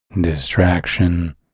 distraction